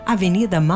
Avenida